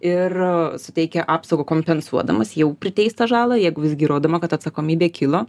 ir suteikia apsaugą kompensuodamas jau priteistą žalą jeigu visgi įrodoma kad atsakomybė kilo